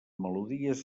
melodies